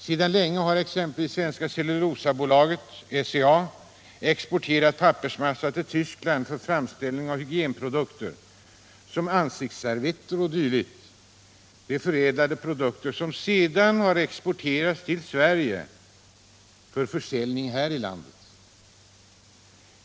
Sedan länge har exempelvis Svenska Cellulosa AB - SCA — exporterat pappersmassa till Tyskland för framställning av hygienprodukter som ansiktsservetter o. d., förädlade produkter som sedan exporterats till Sverige för försäljning här i landet.